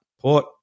Port